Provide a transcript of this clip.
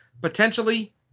potentially